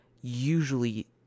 usually